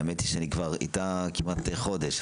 האמת, אני איתה כבר כמעט חודש.